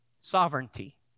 Sovereignty